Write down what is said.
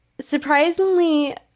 surprisingly